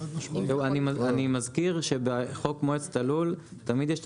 אני מזכיר שבחוק מועצת הלול תמיד יש את